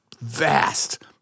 vast